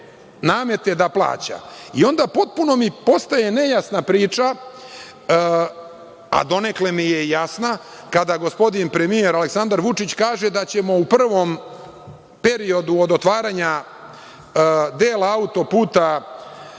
namete da plaća. Onda mi potpuno postaje nejasna priča, a donekle mi je jasna, kada gospodin premijer Aleksandar Vučić kaže da ćemo u prvom periodu od otvaranja dela autoputa,